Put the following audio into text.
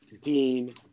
Dean